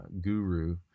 guru